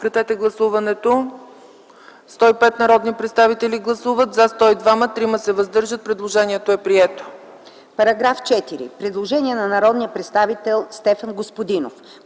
Постъпило е предложение на народния представител Стефан Господинов.